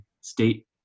state